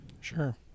Sure